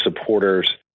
supporters